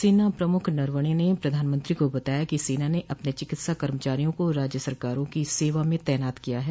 सेना प्रमुख नरवणे ने प्रधानमंत्री को बताया कि सेना ने अपने चिकित्सा कर्मचारियों को राज्यं सरकारों की सेवा में तैनात किया है